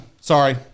sorry